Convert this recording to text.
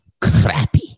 crappy